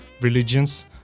religions